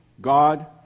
God